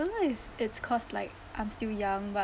don't know if it's cause like I'm still young but